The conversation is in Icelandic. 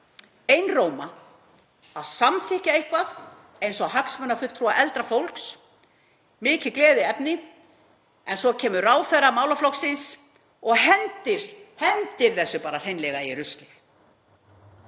einróma að samþykkja eitthvað eins og hagsmunafulltrúa eldra fólks, mikið gleðiefni, en svo kemur ráðherra málaflokksins og hendir þessu bara hreinlega í ruslið,